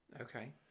Okay